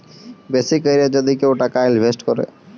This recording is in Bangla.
বেশি ক্যরে যদি কেউ টাকা ইলভেস্ট ক্যরে